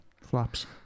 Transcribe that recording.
Flaps